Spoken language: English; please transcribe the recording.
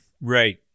Right